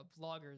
vloggers